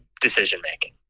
decision-making